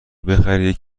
بخرید